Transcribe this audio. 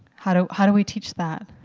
how do how do we teach that?